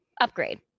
upgrade